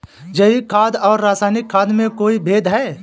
जैविक खाद और रासायनिक खाद में कोई भेद है?